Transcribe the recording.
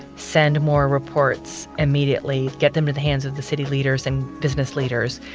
send more reports immediately, get them to the hands of the city leaders. and business leaders.